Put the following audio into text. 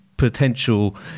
potential